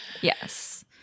Yes